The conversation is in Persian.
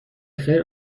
خیر